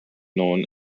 known